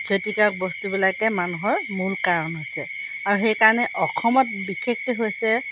ক্ষতিকাৰক বস্তুবিলাকে মানুহৰ মূল কাৰণ হৈছে আৰু সেইকাৰণে অসমত বিশেষকৈ হৈছে